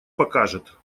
покажет